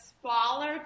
smaller